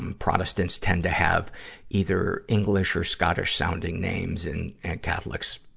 um protestants tend to have either english or scottish-sounding names, and, and catholics,